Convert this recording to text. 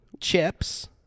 Chips